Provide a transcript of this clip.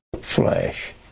flesh